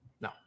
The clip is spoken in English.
No